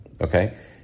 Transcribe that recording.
Okay